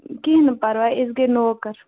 کِہینۍ نہٕ پرواے أس گٔے نوکَر